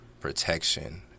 protection